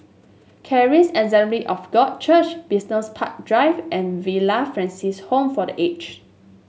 Charis Assembly of God Church Business Park Drive and Villa Francis Home for The Aged